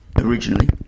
originally